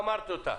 אמרת אותה.